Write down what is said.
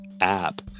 app